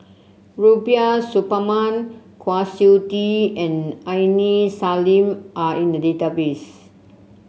Rubiah Suparman Kwa Siew Tee and Aini Salim are in the database